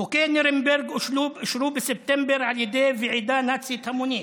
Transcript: חוקי נירנברג אושרו בספטמבר על ידי ועידה נאצית המונית.